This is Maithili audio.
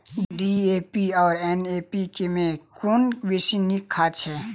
डी.ए.पी आ एन.पी.के मे कुन बेसी नीक खाद छैक?